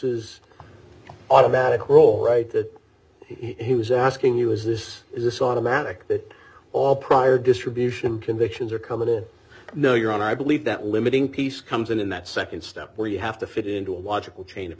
is automatic roll right that he was asking you is this is this automatic that all prior distribution convictions are coming in no your honor i believe that limiting piece comes in in that nd step where you have to fit into a logical chain of